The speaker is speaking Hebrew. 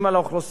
100 מיליון.